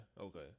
Okay